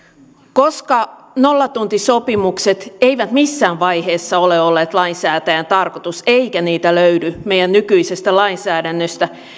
koska nollatuntisopimukset eivät missään vaiheessa ole olleet lainsäätäjän tarkoitus eikä niitä löydy meidän nykyisestä lainsäädännöstä